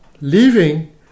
leaving